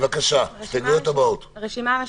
הרשימה המשותפת.